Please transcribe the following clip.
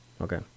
Okay